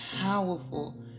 powerful